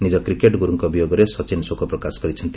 ନିଜ କ୍ରିକେଟ୍ ଗୁରୁଙ୍କ ବିୟୋଗରେ ସଚିନ୍ ଶୋକ ପ୍ରକାଶ କରିଛନ୍ତି